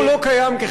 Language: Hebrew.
אם הוא לא קיים כחלק,